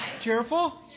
cheerful